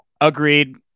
agreed